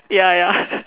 ya ya